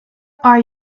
are